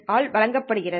all வழங்கப்படுகின்றன